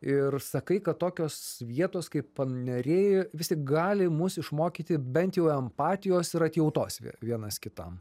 ir sakai kad tokios vietos kaip paneriai vis tik gali mus išmokyti bent jau empatijos ir atjautos vie vienas kitam